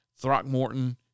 Throckmorton